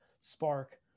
spark